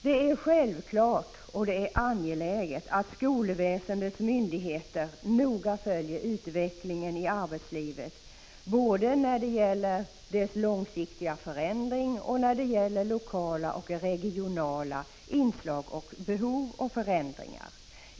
Det är självklart och angeläget att skolväsendets myndigheter noga följer utvecklingen i arbetslivet både när det gäller dess långsiktiga förändring och när det gäller lokala och regionala inslag, behov och förändringar.